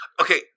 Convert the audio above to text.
Okay